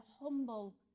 humble